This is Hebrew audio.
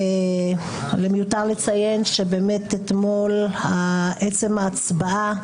למותר לציין שבאמת אתמול עצם ההצבעה,